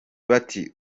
bati